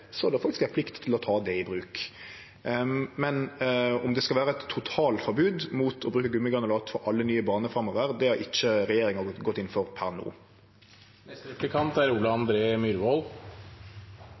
det, har ein faktisk plikt til å ta det i bruk. Men om det skal vere eit totalforbod mot å bruke gummigranulat for alle nye baner framover, har ikkje regjeringa gått inn for per no. Jeg er nok i stor grad enig med statsråden her. Om det er